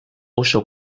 oso